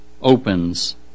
opens